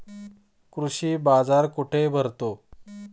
कृषी बाजार कुठे भरतो?